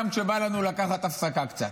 גם כשבא לנו לקחת הפסקה קצת.